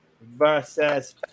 versus